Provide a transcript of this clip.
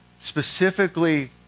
specifically